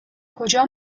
کجا